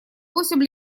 восемь